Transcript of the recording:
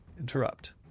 Interrupt